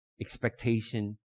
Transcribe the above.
expectation